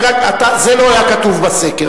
זה לא היה כתוב בסקר.